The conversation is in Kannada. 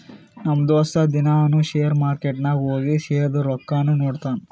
ನಮ್ ದೋಸ್ತ ದಿನಾನೂ ಶೇರ್ ಮಾರ್ಕೆಟ್ ನಾಗ್ ಹೋಗಿ ಶೇರ್ದು ರೊಕ್ಕಾ ನೋಡ್ತಾನ್